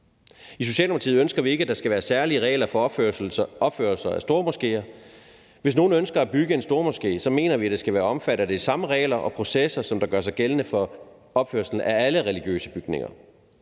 I Socialdemokratiet ønsker vi ikke, at der skal være særlige regler for opførelse af stormoskéer. Hvis nogen ønsker at bygge en stormoské, mener vi, at det skal være omfattet af de samme regler og processer, som gør sig gældende for opførelsen af alle religiøse bygninger.